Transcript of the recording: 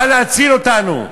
בא להציל אותנו.